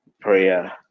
prayer